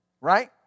Right